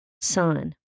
son